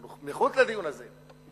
אנחנו מחוץ לדיון הזה.